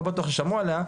לא בטוח שמעו עליה,